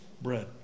bread